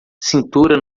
cintura